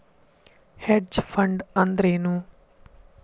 Hedge fund ಅಂದ್ರೇನು?